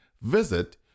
Visit